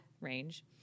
range